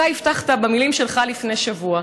אתה הבטחת במילים שלך לפני שבוע.